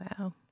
Wow